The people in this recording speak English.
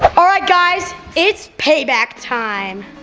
alright guys, it's payback time.